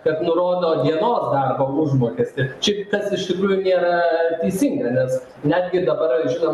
kad nurodo dienos darbo užmokestį šiaip kas iš tikrųjų nėra teisinga nes netgi dabar ir žinom